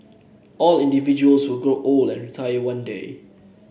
all individuals will grow old and retire one day